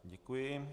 Děkuji.